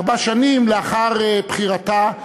ארבע שנים לאחר בחירתה,